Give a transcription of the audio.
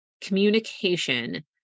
communication